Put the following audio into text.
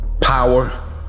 power